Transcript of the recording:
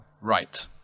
right